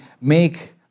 make